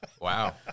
Wow